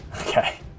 Okay